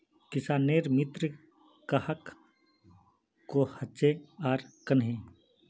किसानेर मित्र कहाक कोहचे आर कन्हे?